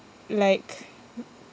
like